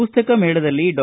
ಪುಸ್ತಕ ಮೇಳದಲ್ಲಿ ಡಾ